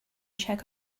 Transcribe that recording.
check